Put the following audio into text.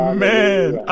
Amen